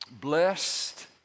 blessed